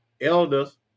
elders